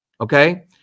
Okay